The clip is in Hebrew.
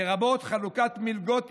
לרבות חלוקת מלגות ייעודיות.